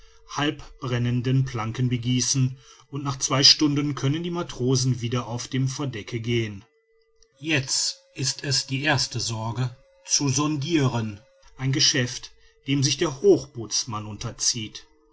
halbbrennenden planken begießen und nach zwei stunden können die matrosen wieder auf dem verdecke gehen jetzt ist es die erste sorge zu sondiren ein geschäft dem sich der hochbootsmann unterzieht